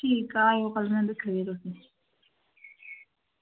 ठूक ऐ कल्ल आयो में दस्गा तुसें गी